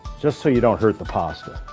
just so you don't hurt the pasta.